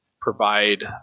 provide